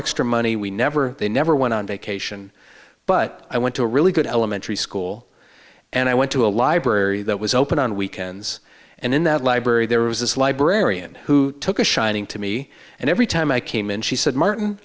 extra money we never they never went on vacation but i went to a really good elementary school and i went to a library that was open on weekends and in that library there was this librarian who took a shining to me and every time i came in she said martin